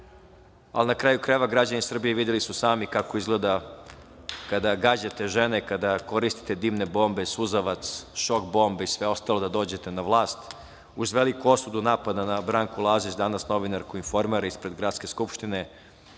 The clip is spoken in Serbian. ali na kraju krajeva građani Srbije videli su sami kako izgleda kada gađate žene, kada koristite dimne bombe, suzavac, šok bombe i sve ostalo da dođete na vlast, uz veliku osudu napada na Branku Lazić danas, novinarku „Informera“ ispred Gradske skupštine.